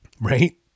Right